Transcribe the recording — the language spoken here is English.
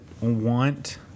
want